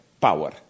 power